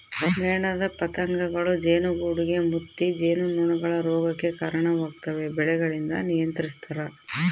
ಮೇಣದ ಪತಂಗಗಳೂ ಜೇನುಗೂಡುಗೆ ಮುತ್ತಿ ಜೇನುನೊಣಗಳ ರೋಗಕ್ಕೆ ಕರಣವಾಗ್ತವೆ ಬೆಳೆಗಳಿಂದ ನಿಯಂತ್ರಿಸ್ತರ